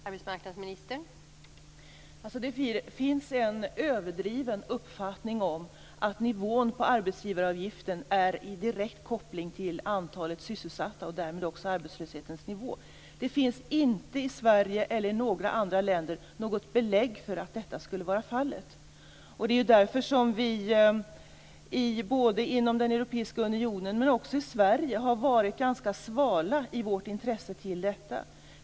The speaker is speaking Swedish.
Fru talman! Det finns en överdriven tro på att nivån på arbetsgivaravgiften är direkt kopplad till antalet sysselsatta och därmed också arbetslöshetens nivå. Det finns inte i Sverige eller i några andra länder något belägg för att detta skulle vara fallet. Det är därför som vi både inom den europeiska unionen och i Sverige har varit ganska svala i vårt intresse för detta.